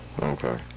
Okay